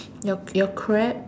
your your crab